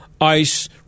ice